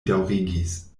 daŭrigis